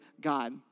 God